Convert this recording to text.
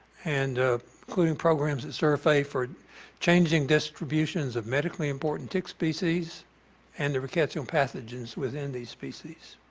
and including programs that certify for changing distributions of medically important tick species and a rickettsial pathogens within these species.